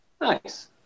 Nice